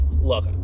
look